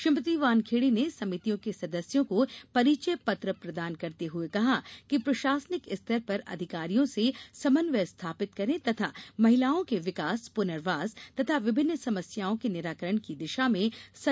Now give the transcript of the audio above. श्रीमती वानखेड़े ने समितियों के सदस्यों को परिचय पत्र प्रदान करते हुए कहा कि प्रशासनिक स्तर पर अधिकारियों से समन्वय स्थापित करें तथा महिलाओं के विंकास पुनर्वास तथा विभिन्न समस्याओं के निराकरण की दिशा में सक्रियता से काम करें